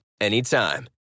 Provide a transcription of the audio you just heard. anytime